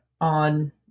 on